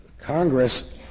Congress